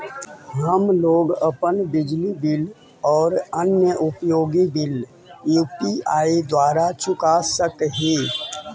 हम लोग अपन बिजली बिल और अन्य उपयोगि बिल यू.पी.आई द्वारा चुका सक ही